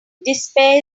despair